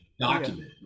document